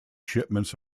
shipments